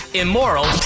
immoral